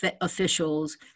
officials